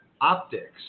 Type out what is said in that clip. optics